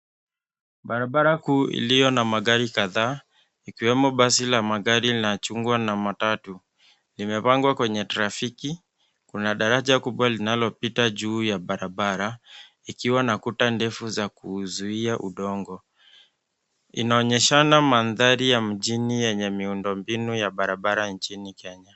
Barabara kuu iliyo na magari kadhaa, ikiwemo basi la magari la chungwa na matatu. Limepangwa kwenye trafiki, kuna daraja kubwa linalopita juu ya barabara, ikiwa na kuta ndefu za kuzuia udongo. Inaonyeshana mandhari ya mjini yenye miundo mbinu ya barabara nchini Kenya.